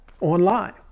online